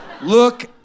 Look